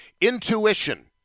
Intuition